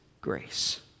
grace